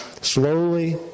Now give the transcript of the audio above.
slowly